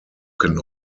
can